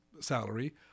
salary